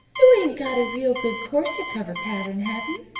you ain't got a real good corset-cover pattern, have you?